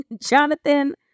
Jonathan